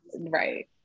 right